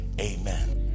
amen